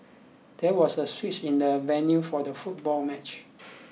there was a switch in the venue for the football match